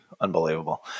unbelievable